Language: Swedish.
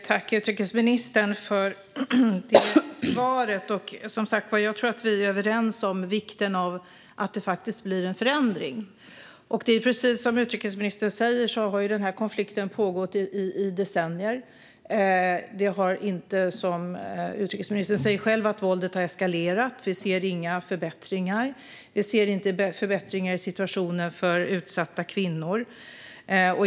Fru talman! Tack, utrikesministern, för svaret! Jag tror att vi är överens om vikten av att det faktiskt blir en förändring. Precis som utrikesministern säger har denna konflikt pågått i decennier, och utrikesministern säger själv att våldet har eskalerat. Vi ser inga förbättringar. Vi ser heller inga förbättringar i situationen för utsatta kvinnor.